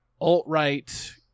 alt-right